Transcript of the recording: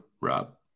Rob